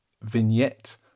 vignette